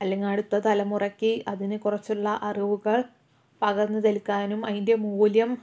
അല്ലെങ്കിൽ അടുത്ത തലമുറക്ക് അതിനെക്കുറിച്ചുള്ള അറിവുകൾ പകർന്നു നൽകാനും അതിന്റെ മൂല്യം